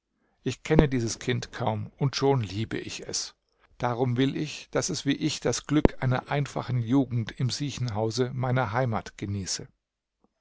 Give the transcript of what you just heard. ich kenne dieses kind kaum und schon liebe ich es darum will ich daß es wie ich das glück einer einfachen jugend im siechenhause meiner heimat genieße